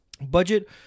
Budget